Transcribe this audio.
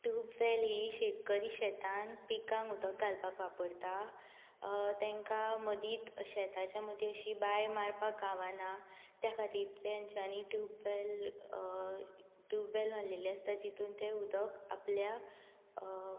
tubewell ही शेतकरी शेतांत पिकांक उदक घालपाक वापरता तांकां मदींच शेताच्या मदीं अशी बांय मारपाक गावना त्या खातीर तांच्यांनी ट्यूबवेल ट्यूबवेल मारलेली आसता जितूंत तें उदक आपल्या